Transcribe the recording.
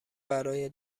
برای